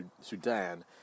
Sudan